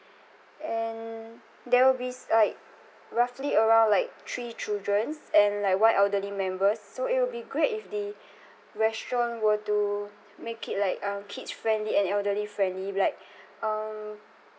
and there will be s~ like roughly around like three childrens and like one elderly members so it would be great if the restaurant were to make it like uh kids friendly and elderly friendly like um